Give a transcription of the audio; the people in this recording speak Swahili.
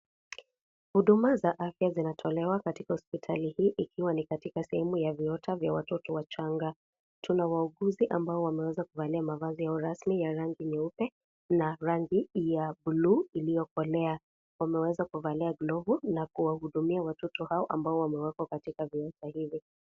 Huduma za afya zinatolewa katika hospitali hii ikiwa ni katika sehemu ya viota vya watoto wachanga. Tuna wauguzi ambao wameweza kuvalia mavazi yao rasmi ya rangi ya nyeupe na rangi ya bluu iliyokolea. Wameweza kuvalia glavu na kuwahudumia watoto hao ambao wamewekwa katika viota hivyo.